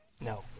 No